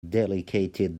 delegated